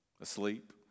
asleep